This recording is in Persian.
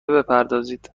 بپردازید